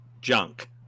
Junk